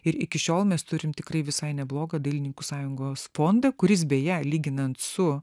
ir iki šiol mes turim tikrai visai neblogą dailininkų sąjungos fondą kuris beje lyginant su